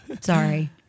Sorry